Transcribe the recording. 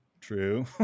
true